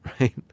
right